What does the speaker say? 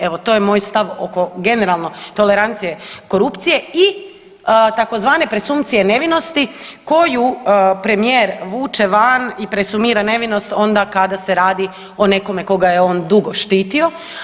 Evo to je moj stav oko generalno tolerancije korupcije i tzv. presumpcije nevinosti koju premijer vuče van i presumira nevinost onda kada se radi o nekome koga je on dugo štitio.